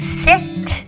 sit